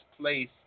place